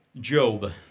Job